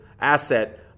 asset